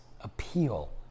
appeal